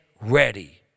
ready